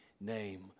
name